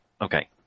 Okay